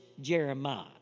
Jeremiah